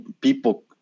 people